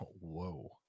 Whoa